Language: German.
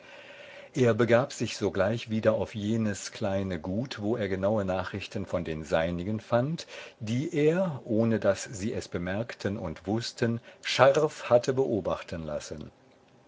er begab sich sogleich wieder auf jenes kleine gut wo er genaue nachrichten von den seinigen fand die er ohne daß sie es bemerkten und wußten scharf hatte beobachten lassen